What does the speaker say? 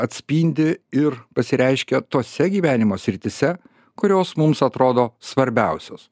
atspindi ir pasireiškia tose gyvenimo srityse kurios mums atrodo svarbiausios